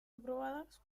aprobadas